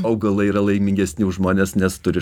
augalai yra laimingesni už žmones nes turi